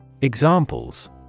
Examples